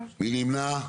מי נמנע?